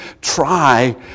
try